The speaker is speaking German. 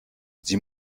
sie